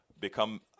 become